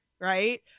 Right